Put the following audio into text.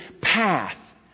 path